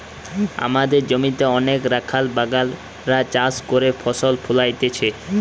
আমদের জমিতে অনেক রাখাল বাগাল রা চাষ করে ফসল ফোলাইতেছে